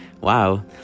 Wow